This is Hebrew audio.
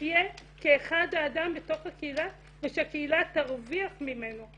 יחיה כאחד האדם בתוך הקהילה ושהקהילה תרוויח ממנו.